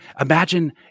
imagine